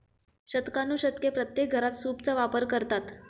शतकानुशतके प्रत्येक घरात सूपचा वापर करतात